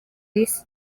yise